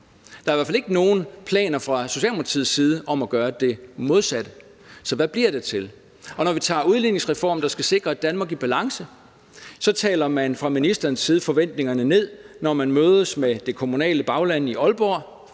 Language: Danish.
Der er i hvert fald ikke nogen planer fra Socialdemokratiets side om at gøre det modsatte. Så hvad bliver det til? Når vi tager udligningsreformen, der skal sikre et Danmark i balance, så taler man fra ministerens side forventningerne ned, når man mødes med det kommunale bagland i Aalborg